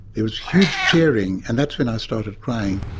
there was huge cheering, and that's when i started crying.